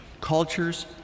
cultures